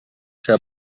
ser